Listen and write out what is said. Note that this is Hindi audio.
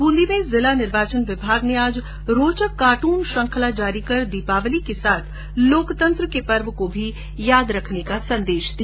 ब्रंदी में जिला निर्वाचन विभाग ने आज रोचक कार्टून श्रृंखला जारी कर दीपावली के साथ लोकतंत्र के पर्व को भी याद रखने का संदेश दिया